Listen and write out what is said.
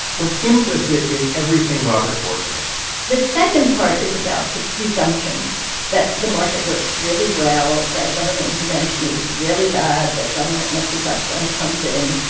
was implicit in everything robert bork wrote the second part is about the presumptions that the market works really well, that government intervention is really bad, bad, that government messes up when it comes in,